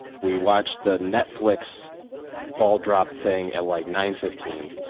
we watch the netflix ball drop thing at like nine fifteen.